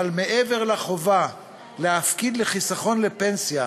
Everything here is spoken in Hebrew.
אבל מעבר לחובה להפקיד לחיסכון לפנסיה